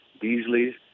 Beasley